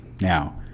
Now